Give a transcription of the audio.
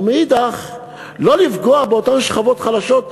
ומאידך לא פוגעים באותן שכבות חלשות,